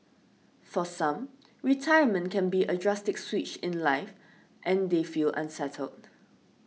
for some retirement can be a drastic switch in life and they feel unsettled